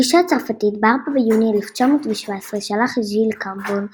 הגישה הצרפתית – ב-4 ביוני 1917 שלח ז'יל קמבון,